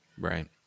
Right